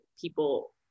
people